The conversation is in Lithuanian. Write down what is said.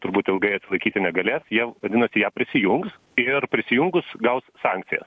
turbūt ilgai atsilaikyti negalės jie vadinasi ją prisijungs ir prisijungus gaus sankcijas